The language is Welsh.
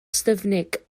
ystyfnig